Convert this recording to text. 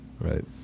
right